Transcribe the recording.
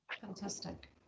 Fantastic